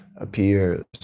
appears